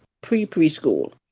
pre-preschool